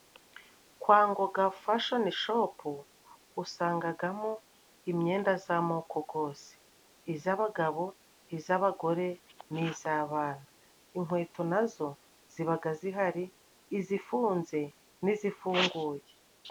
Kwa Ngoga fashoni shopu, usangagamo imyenda z'amoko gose iz'abagabo iz'abagore niz'abana, inkweto nazo zibaga zihari izifunze n'izifunguye.